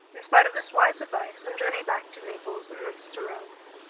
in spite of this wise advice, and journeyed back to naples and thence to rome.